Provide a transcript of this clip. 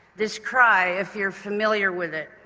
this cry, if you're familiar with it,